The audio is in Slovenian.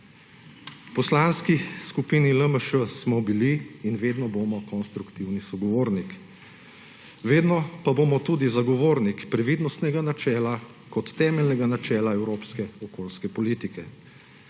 V Poslanski skupini LMŠ smo bili in vedno bomo konstruktivni sogovornik. Vedno pa bomo tudi zagovornik previdnostnega načela kot temeljnega načela evropske okoljske politike.